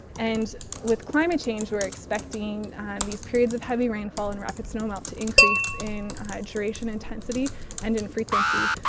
and with climate change we are expecting these periods of heavy rainfall and rapid snowmelt to increase in hydration intensity and in frequency.